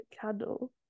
candle